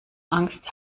angst